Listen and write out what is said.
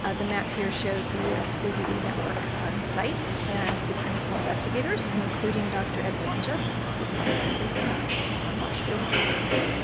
ah the map here shows the us flu ve network sites and the principal investigators, including dr. ed belongia, who sits on the committee from marshfield, wisconsin.